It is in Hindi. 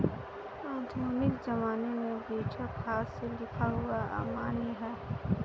आधुनिक ज़माने में बीजक हाथ से लिखा हुआ अमान्य है